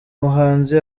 muhanzi